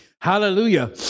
Hallelujah